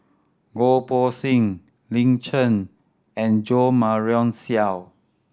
Goh Poh Seng Lin Chen and Jo Marion Seow